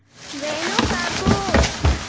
వెనుకకు